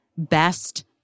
best